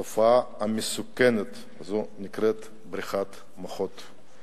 התופעה המסוכנת הזו נקראת בריחת מוחות.